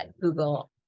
google